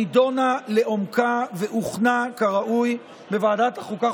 נדונה לעומקה והוכנה כראוי בוועדת החוקה,